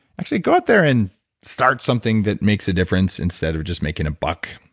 actually, go out there and start something that makes a difference instead of just making a buck.